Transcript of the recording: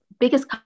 Biggest